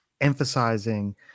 emphasizing